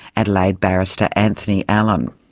adelaide barrister anthony allen.